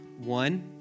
One